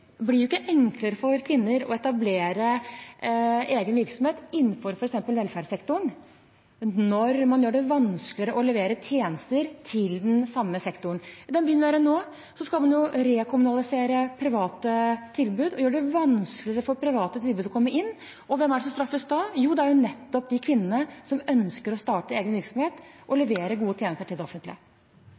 vanskeligere å levere tjenester til den samme sektoren. I den byen vi er i nå, skal man rekommunalisere private tilbud og gjøre det vanskeligere for private tilbydere å komme inn. Hvem er det som straffes da? Jo, det er nettopp de kvinnene som ønsker å starte egen virksomhet og levere gode tjenester til det offentlige.